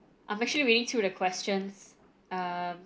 I'm actually reading through the questions um